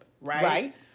right